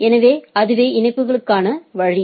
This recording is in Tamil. எனவே அதுவே இணைப்புக்கான வழி